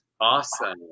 Awesome